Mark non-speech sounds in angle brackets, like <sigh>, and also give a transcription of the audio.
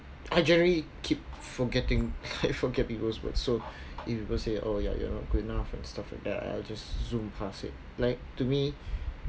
I generally keep forgetting <laughs> forget people's words so if people say oh ya you are not good enough and stuff like that I'll just zoom past that like to me